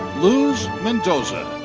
luz mendoza.